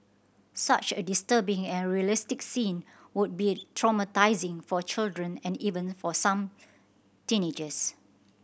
such a disturbing and realistic scene would be traumatising for children and even for some teenagers